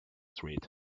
street